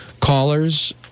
callers